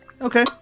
Okay